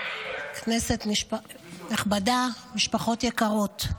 כנסת נכבדה, משפחות יקרות,